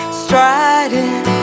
striding